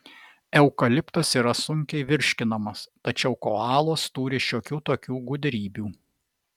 eukaliptas yra sunkiai virškinamas tačiau koalos turi šiokių tokių gudrybių